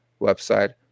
website